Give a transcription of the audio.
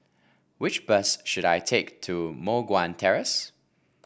which bus should I take to Moh Guan Terrace